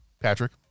Patrick